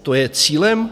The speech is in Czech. To je cílem?